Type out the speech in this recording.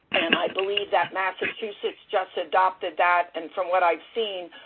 and i believe that massachusetts just adopted that, and from what i've seen,